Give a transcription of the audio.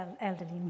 elderly